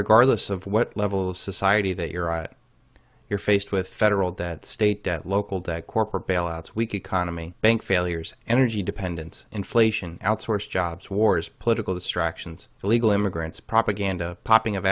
regardless of what level of society that you're on you're faced with federal that state local debt corporate bailouts weak economy bank failures energy dependence inflation outsourced jobs wars political distractions illegal immigrants propaganda popping of